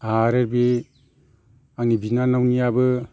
आरो बे आंनि बिनानावनियाबो